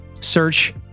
search